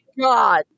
God